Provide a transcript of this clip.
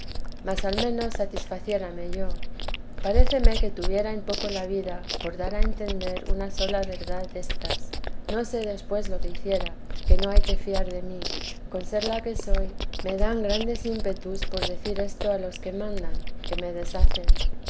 mas al menos satisfaciérame yo paréceme que tuviera en poco la vida por dar a entender una sola verdad destas no sé después lo que hiciera que no hay que fiar de mí con ser la que soy me dan grandes ímpetus por decir esto a los que mandan que me deshacen